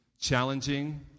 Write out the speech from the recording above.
challenging